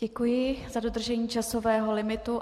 Děkuji za dodržení časového limitu.